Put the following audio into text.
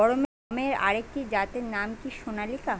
গমের আরেকটি জাতের নাম কি সোনালিকা?